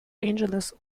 angeles